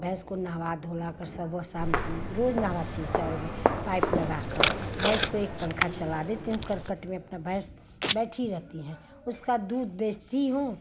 भैंस को नहवा धुलाकर सुबह शाम रोज नहवाती हूँ चारों को पाइप लगाकर भैंस को एक पंखा चला देती हूँ करकट में अपना भैंस बैठी रहती हैं उसका दूध बेचती हूँ